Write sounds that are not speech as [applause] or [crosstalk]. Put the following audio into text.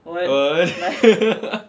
[laughs]